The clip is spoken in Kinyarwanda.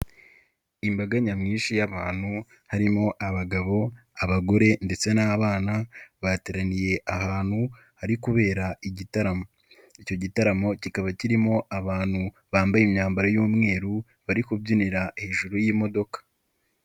Imbaga nyamwinshi y'abantu harimo abagabo, abagore ndetse n'abana bateraniye ahantu hari kubera igitaramo, icyo gitaramo kikaba kirimo abantu bambaye imyambaro y'umweru bari kubyinira hejuru y'imodoka.